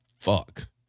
fuck